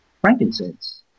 frankincense